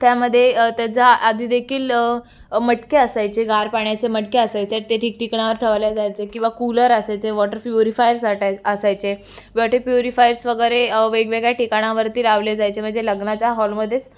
त्यामध्ये त्याचा आधी देखील मटके असायचे गार पाण्याचे मटके असायचे ते ठिकठिकणावर ठेवले जायचे किंवा कुलर असायचे वॉटर फ्युरिफायर आटाय असायचे वॉटर प्युरिफायर्स वगैरे वेगवेगळ्या ठिकाणावरती लावले जायचे म्हणजे लग्नाच्या हॉलमध्येच